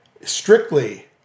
strictly